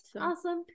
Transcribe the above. Awesome